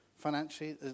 Financially